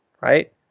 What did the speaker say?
right